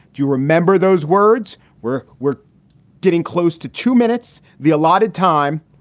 do you remember those words were we're getting close to two minutes the allotted time.